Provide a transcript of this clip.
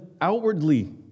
outwardly